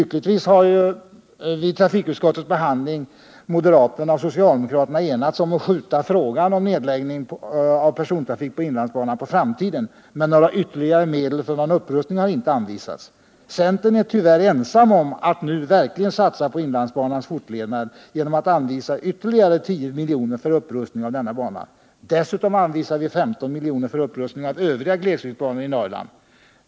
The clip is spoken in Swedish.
Vid trafikutskottets behandling har emellertid moderater och socialdemokrater lyckligtvis kunnat enas om att skjuta frågan om nedlagd persontrafik på inlandsbanan på framtiden, men några ytterligare medel för upprustning har inte anvisats. Centern är tyvärr ensam om att nu verkligen satsa på inlandsbanans fortlevnad genom att anvisa ytterligare 10 milj.kr. för upprustning av denna bana. Dessutom vill vi anvisa 15 milj.kr. för upprustning av övriga glesbygdsbanor i Norrland.